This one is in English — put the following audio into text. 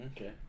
Okay